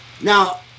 Now